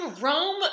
Rome